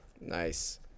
Nice